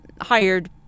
hired